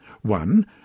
One